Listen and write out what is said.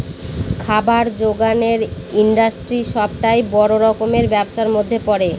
খাবার জোগানের ইন্ডাস্ট্রি সবটাই বড় রকমের ব্যবসার মধ্যে পড়ে